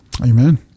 Amen